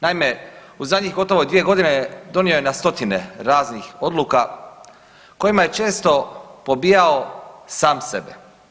Naime, u zadnjih gotovo 2 godine donio je na stotine raznih odluka kojima je često pobijao sam sebe.